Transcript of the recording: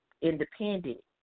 independent